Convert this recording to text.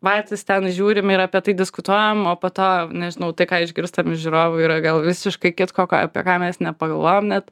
patys ten žiūrim ir apie tai diskutuojam o po to nežinau tai ką išgirstam iš žiūrovų yra gal visiškai kitko ką apie ką mes nepagalvojom net